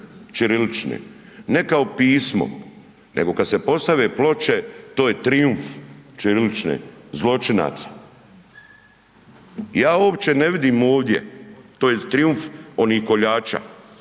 ćirilične, ne kao pismo nego kad se postave ploče to je trijumf ćirilične, zločinaca. Ja uopće ne vidim ovdje, tj. trijumf onih koljača,